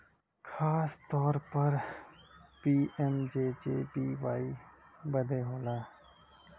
खासतौर पर पी.एम.जे.जे.बी.वाई बदे होला